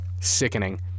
Sickening